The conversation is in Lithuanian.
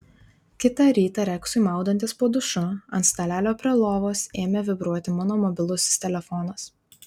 kitą rytą reksui maudantis po dušu ant stalelio prie lovos ėmė vibruoti mano mobilusis telefonas